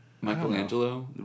Michelangelo